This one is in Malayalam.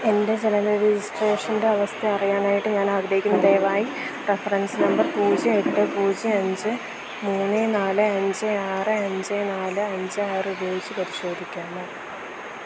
എൻ്റെ ജനന രജിസ്ട്രേഷൻ്റെ അവസ്ഥയറിയാനായിട്ട് ഞാനാഗ്രഹിക്കുന്നു ദയവായി റഫറൻസ് നമ്പർ പൂജ്യം എട്ട് പൂജ്യം അഞ്ച് മൂന്ന് നാല് അഞ്ച് ആറ് അഞ്ച് നാല് അഞ്ച് ആറുപയോഗിച്ച് പരിശോധിക്കാമോ